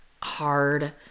hard